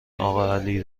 اقاعلی